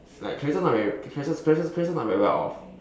like Clarissa's not very Clarissa's Clarissa's Clarissa's not very well off